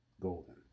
Golden